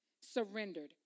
surrendered